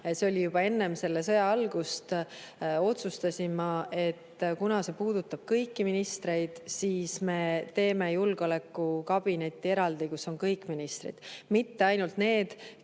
see oli juba enne selle sõja algust – otsustasin ma, et kuna see puudutab kõiki ministreid, siis me teeme eraldi julgeolekukabineti, kus on kõik ministrid, mitte ainult need,